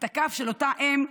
את הכף של אותה אם,